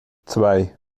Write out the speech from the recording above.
zwei